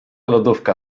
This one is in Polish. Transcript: lodówka